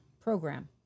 program